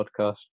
podcast